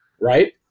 Right